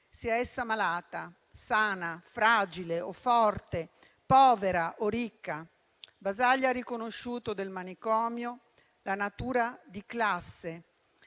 sia essa malata, sana, fragile, forte, povera o ricca. Basaglia ha riconosciuto del manicomio la natura di classe